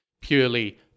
purely